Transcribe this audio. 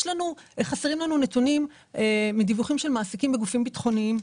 חסרים לנו נתונים מדיווחים של מעסיקים בגופים ביטחוניים,